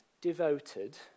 devoted